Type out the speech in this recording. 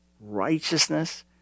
righteousness